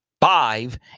five